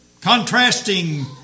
contrasting